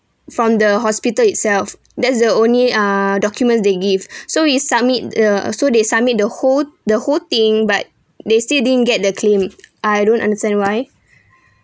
from the hospital itself that's the only ah documents they give so we submit uh so they submit the whole the whole thing but they still didn't get the claim I don't understand why